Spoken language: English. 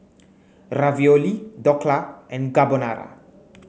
Ravioli Dhokla and Carbonara